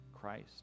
Christ